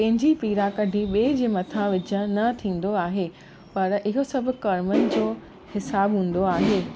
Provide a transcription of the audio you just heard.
पंहिंजी पीड़ा कॾहिं ॿे जे मथां विझण न थींदो आहे पर इहो सभु कर्मनि जो हिसाबु हूंदो आहे